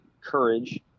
courage